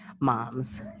Moms